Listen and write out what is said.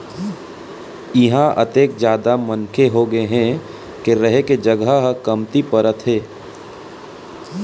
इहां अतेक जादा मनखे होगे हे के रहें के जघा ह कमती परत हे